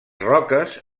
roques